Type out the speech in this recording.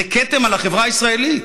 זה כתם על החברה הישראלית.